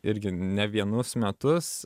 irgi ne vienus metus